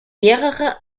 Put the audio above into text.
mehrere